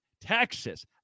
Texas